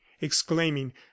exclaiming